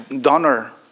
donor